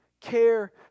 care